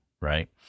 right